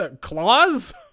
Claws